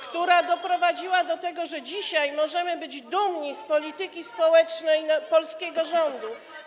która doprowadziła do tego, że dzisiaj możemy być dumni z polityki społecznej polskiego rządu.